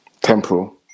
Temporal